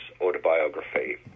autobiography